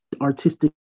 artistic